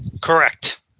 Correct